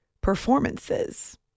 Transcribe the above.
performances